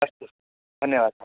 अस्तु धन्यवादाः